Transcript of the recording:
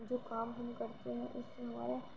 جو کام ہم کرتے ہیں اس سے ہمارا